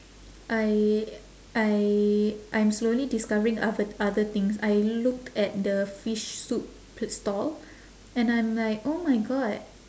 I I I'm slowly discovering other other things I looked at the fish soup stall and I'm like oh my god